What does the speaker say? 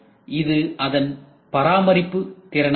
இது அதன் பராமரிப்பு திறனாகும்